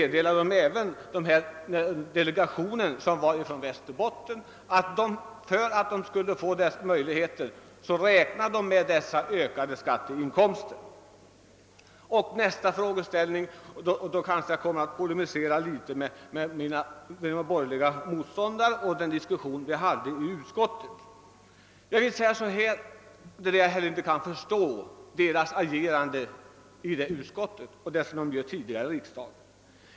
Delegationen från Västerbotten meddelade också, att den räknade med ökade skatteinkomster för att skapa dessa möjligheter. Jag kan inte riktigt förstå de borgerligas agerande i utskottet och under tidigare riksdagar.